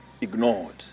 ignored